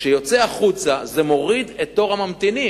כשזה יוצא החוצה זה מוריד את תור הממתינים.